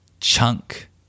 Chunk